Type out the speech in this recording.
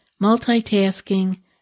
multitasking